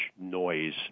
noise